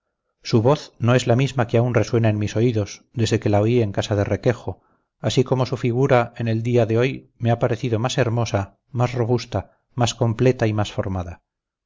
su voz no es la misma que aún resuena en mis oídos desde que la oí en casa de requejo así como su figura en el día de hoy me ha parecido más hermosa más robusta más completa y más formada